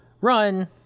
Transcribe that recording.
run